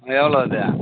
எவ்வளோ அது